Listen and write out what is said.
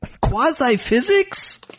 quasi-physics